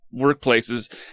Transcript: workplaces